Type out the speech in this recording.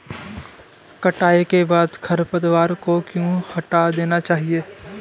कटाई के बाद खरपतवार को क्यो हटा देना चाहिए?